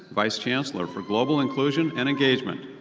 vice chancellor. for global inclusion and engagement.